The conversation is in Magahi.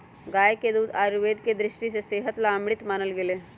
गाय के दूध आयुर्वेद के दृष्टि से सेहत ला अमृत मानल गैले है